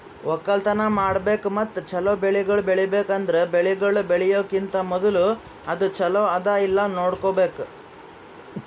ಒಕ್ಕಲತನ ಮಾಡ್ಬೇಕು ಮತ್ತ ಚಲೋ ಬೆಳಿಗೊಳ್ ಬೆಳಿಬೇಕ್ ಅಂದುರ್ ಬೆಳಿಗೊಳ್ ಬೆಳಿಯೋಕಿಂತಾ ಮೂದುಲ ಅದು ಚಲೋ ಅದಾ ಇಲ್ಲಾ ನೋಡ್ಬೇಕು